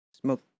Smoke